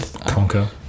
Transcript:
Conquer